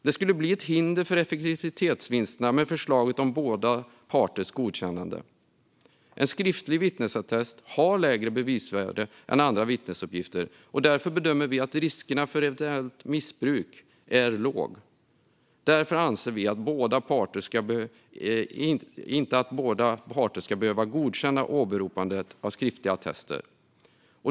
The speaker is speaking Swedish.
Det skulle bli ett hinder för effektivitetsvinsterna med förslaget om båda parters godkännande krävs. En skriftlig vittnesattest har lägre bevisvärde än andra vittnesuppgifter, och därför bedömer vi att riskerna för eventuellt missbruk är låga. Därför anser vi inte att båda parter ska behöva godkänna åberopandet av skriftliga attester.